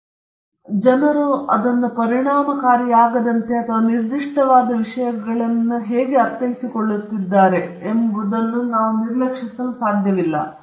ಆದ್ದರಿಂದ ಒಮ್ಮೆ ಅದು ಹೊರಗುಳಿದ ನಂತರ ಜನರು ಅದನ್ನು ಪರಿಣಾಮಕಾರಿಯಾಗದಂತೆ ಅಥವಾ ನಿರ್ದಿಷ್ಟವಾದ ವಿಷಯವನ್ನು ಹೇಗೆ ಅರ್ಥೈಸಿಕೊಳ್ಳುತ್ತಿದ್ದಾರೆ ಎಂಬುದನ್ನು ನೀವು ನಿರ್ಲಕ್ಷಿಸಲು ಸಾಧ್ಯವಿಲ್ಲ